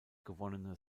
gewonnene